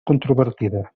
controvertida